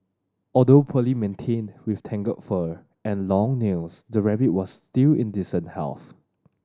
although poorly maintained with tangled fur and long nails the rabbit was still in decent health